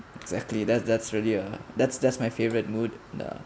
exactly that's that's really uh that's that's my favorite mood